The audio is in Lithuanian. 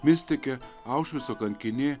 mistikė aušvico kankinė